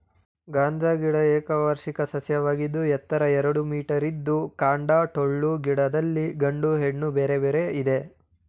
ಗಾಂಜಾ ಗಿಡ ಏಕವಾರ್ಷಿಕ ಸಸ್ಯವಾಗಿದ್ದು ಎತ್ತರ ಎರಡು ಮೀಟರಿದ್ದು ಕಾಂಡ ಟೊಳ್ಳು ಗಿಡದಲ್ಲಿ ಗಂಡು ಹೆಣ್ಣು ಬೇರೆ ಬೇರೆ ಇದೆ